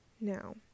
Now